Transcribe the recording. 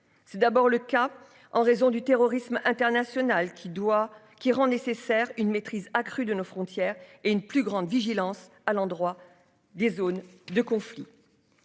C'est d'abord le cas en raison du terrorisme international qui doit qui rend nécessaire une maîtrise accrue de nos frontières et une plus grande vigilance à l'endroit des zones de conflit.